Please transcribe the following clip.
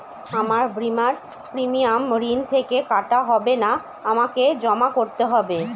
আমার বিমার প্রিমিয়াম ঋণ থেকে কাটা হবে না আমাকে জমা করতে হবে?